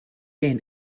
gain